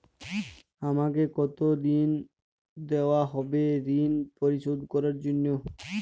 আমাকে কতদিন দেওয়া হবে ৠণ পরিশোধ করার জন্য?